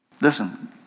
Listen